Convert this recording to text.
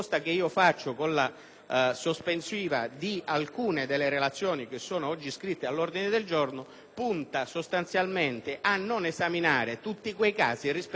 sospensiva di alcune delle relazioni iscritte all'ordine del giorno punta sostanzialmente a non esaminare tutti quei casi rispetto ai quali è certo,